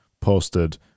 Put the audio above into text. posted